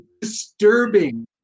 disturbing